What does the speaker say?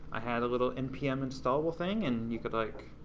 i had a little npm installable thing and you could, like,